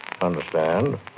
Understand